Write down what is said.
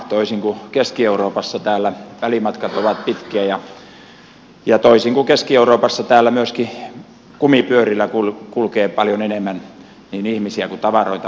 toisin kuin keski euroopassa täällä välimatkat ovat pitkiä ja toisin kuin keski euroopassa täällä myöskin kumipyörillä kulkee paljon enemmän niin ihmisiä kuin tavaroita